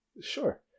Sure